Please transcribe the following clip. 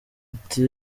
ati